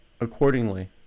accordingly